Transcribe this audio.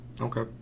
Okay